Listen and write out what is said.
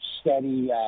steady